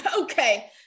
Okay